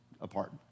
apart